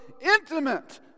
intimate